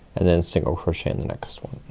and then single crochet in the next one.